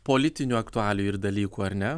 politinių aktualijų ir dalykų ar ne